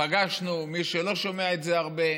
פגשנו, מי שלא שומע את זה הרבה,